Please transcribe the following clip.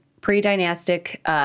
pre-dynastic